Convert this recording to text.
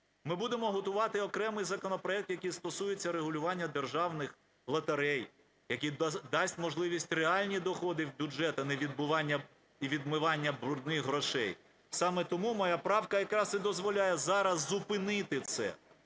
Ми будемо готувати окремий законопроект, який стосується регулювання державних лотерей, який дасть можливість реальні доходи в бюджет, а не відбивання і відмивання "брудних" грошей. Саме тому моя правка якраз і дозволяє зараз зупинити це.